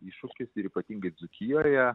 iššūkis ir ypatingai dzūkijoje